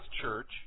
church